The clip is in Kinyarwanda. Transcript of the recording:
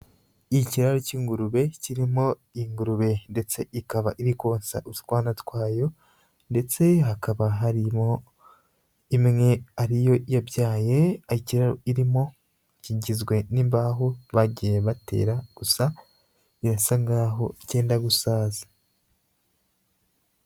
Ikiraro cy'ingurube, kirimo ingurube ndetse ikaba iri konsa utwana twayo, ndetse hakaba harimo imwe ariyo yabyaye, ikiraro irimo kigizwe n'imbaho bagiye batera, gusa birasa nkaho cyenda gusaza.